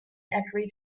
every